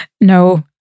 no